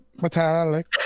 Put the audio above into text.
metallic